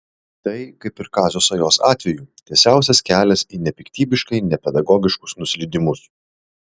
tai kaip ir kazio sajos atveju tiesiausias kelias į nepiktybiškai nepedagogiškus nuslydimus